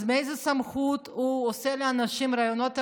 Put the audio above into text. אז באיזו סמכות הוא עושה לאנשים ראיונות עבודה?